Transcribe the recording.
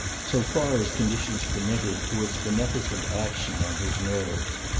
so far as conditions permitted, to its beneficent action on his nerves.